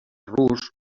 rus